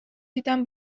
دیدم